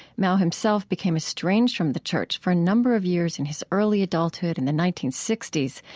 mouw himself became estranged from the church for a number of years in his early adulthood in the nineteen sixty s.